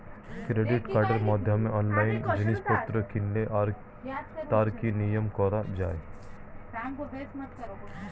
Credit কার্ডের মাধ্যমে অনলাইনে জিনিসপত্র কিনলে তার কি নিয়মে করা যায়?